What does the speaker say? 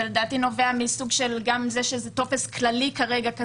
לדעתי זה נובע גם מזה שזה טופס כללי כרגע,